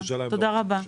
תודה רבה.